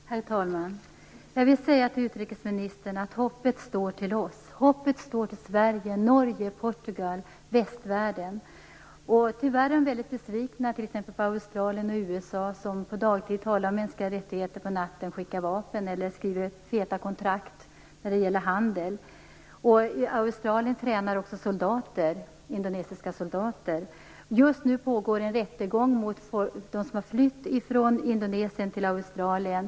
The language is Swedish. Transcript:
Herr talman! Jag vill säga till utrikesministern att hoppet står till oss - Sverige, Norge, Portugal, västvärlden. Tyvärr är man väldigt besviken på t.ex. Australien och USA, som på dagtid talar om mänskliga rättigheter men som på natten skickar vapen eller skriver feta handelskontrakt. I Australien tränar också indonesiska soldater. Just nu pågår en rättegång mot 130 människor som har flytt från Indonesien till Australien.